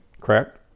Correct